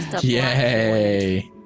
Yay